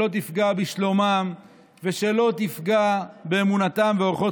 שלא תפגע בשלומם ושלא תפגע באמונתם ואורחות